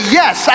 yes